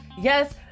yes